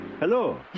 Hello